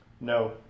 No